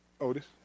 Otis